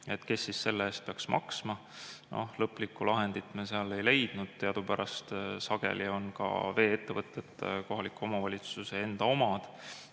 siis kes selle eest peaks maksma? Lõplikku lahendit me seal ei leidnud. Teadupärast sageli on ka vee-ettevõtted kohaliku omavalitsuse enda omad.